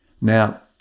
Now